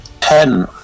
Ten